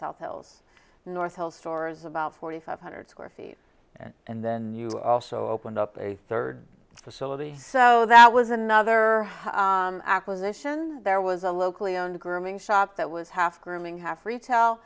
south wales north pole stores about forty five hundred square feet and then you also opened up a third facility so that was another acquisition there was a locally owned grooming shop that was half grooming half ret